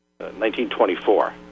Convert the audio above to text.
1924